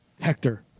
Hector